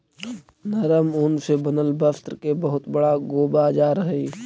नरम ऊन से बनल वस्त्र के बहुत बड़ा गो बाजार हई